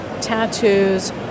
tattoos